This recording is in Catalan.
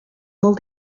molt